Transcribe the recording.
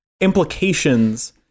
implications